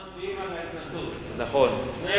הודעת הממשלה על רצונה להחיל דין רציפות